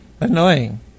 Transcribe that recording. annoying